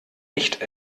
nicht